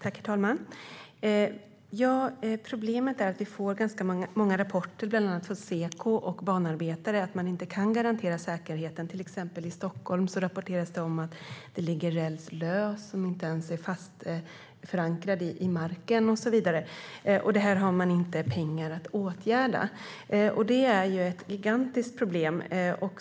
Herr talman! Problemet är att vi får ganska många rapporter, bland annat från Seko och banarbetare, om att man inte kan garantera säkerheten. Till exempel i Stockholm rapporteras det om att det ligger räls som inte ens är fast förankrad i marken och så vidare. Detta har man inte pengar att åtgärda, och det är ju ett gigantiskt problem.